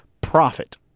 profit